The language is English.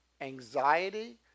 Anxiety